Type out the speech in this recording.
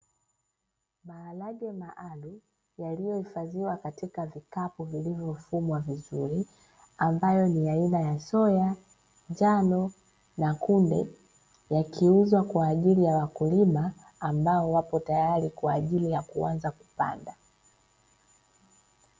Maharage maalumu yaliyohifadhiwa katika vikapu vilivyofumwa vizuri, ambayo ni aina ya soya, njano na kunde, yakiuzwa kwa ajili ya wakulima ambao wapo tayari kwa ajili ya kuanza kupanda.